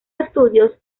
estudios